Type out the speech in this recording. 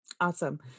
Awesome